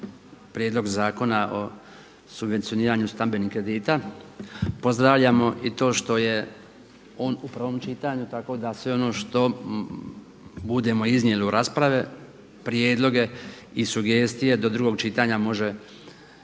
Prijedlog zakona o subvencioniranju stambenih kredita. Pozdravljamo i to što je on u prvom čitanju, tako da sve ono što budemo iznijeli u rasprave, prijedloge i sugestije do drugog čitanja može